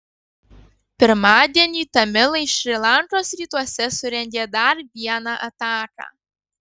pirmadienį tamilai šri lankos rytuose surengė dar vieną ataką